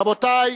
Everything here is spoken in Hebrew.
רבותי,